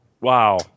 Wow